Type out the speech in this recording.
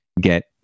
get